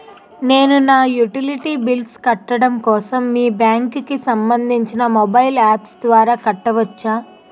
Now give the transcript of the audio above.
నేను నా utility bills కట్టడం కోసం మీ బ్యాంక్ కి సంబందించిన మొబైల్ అప్స్ ద్వారా కట్టవచ్చా?